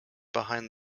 behind